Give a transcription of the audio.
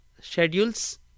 schedules